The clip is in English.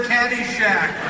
Caddyshack